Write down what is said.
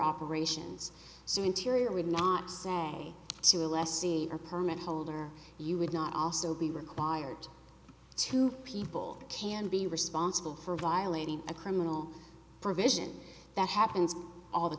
operations so interior would not say to a less c or permit holder you would not also be required to people can be responsible for violating a criminal provision that happens all the